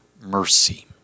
mercy